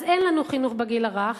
אז אין לנו חינוך בגיל הרך,